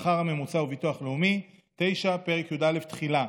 השכר הממוצע וביטוח לאומי); 9. פרק י"א (תחילה).